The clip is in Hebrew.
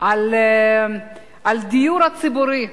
מדבר על הדיור הציבורי,